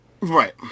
Right